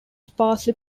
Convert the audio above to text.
sparsely